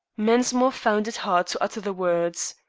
mensmore found it hard to utter the words.